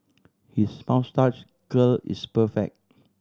his moustache curl is perfect